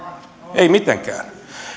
ei mitenkään